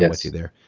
yeah with you there.